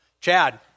Chad